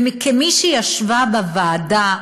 וכמי שישבה בוועדה,